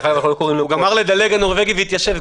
הוא גמר לדלג, הנורבגי, והתיישב.